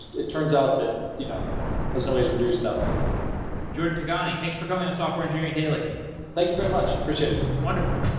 it turns out that it you know isn't always reduced that way jordan tigani, thanks for coming on software engineering daily thank you very much. appreciate it wonderful